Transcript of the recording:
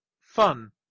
fun